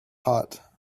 hot